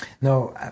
No